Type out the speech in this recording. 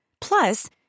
Plus